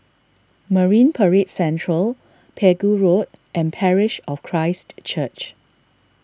Marine Parade Central Pegu Road and Parish of Christ Church